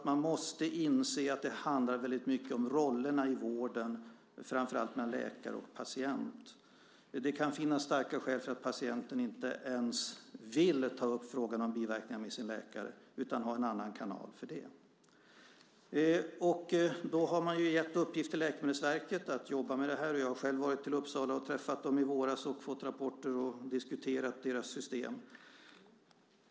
Man måste inse att det väldigt mycket handlar om rollerna i vården, framför allt relationen mellan läkare och patient. Det kan finnas starka skäl för att patienten inte ens vill ta upp frågan om biverkningar med sin läkare utan har en annan kanal för det. Man har gett i uppgift till Läkemedelsverket att jobba med detta. Jag har själv varit i Uppsala och träffat dem i våras, fått rapporter och diskuterat deras system.